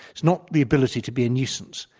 it's not the ability to be a nuisance,